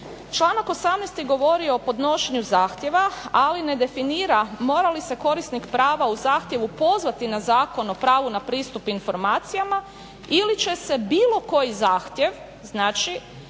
Članak 18. govori o podnošenju zahtjeva ali ne definira mora li se korisnik prava u zahtjevu pozvati na Zakon o pravu na pristup informacijama ili će se bilo koji zahtjev, znači